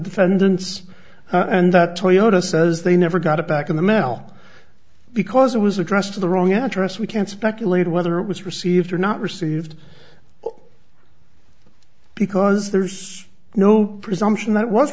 defendant's and that toyota says they never got it back in the mel because it was addressed to the wrong address we can speculate whether it was received or not received because there's no presumption that wa